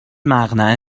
مقنعه